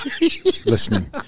listening